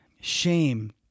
shame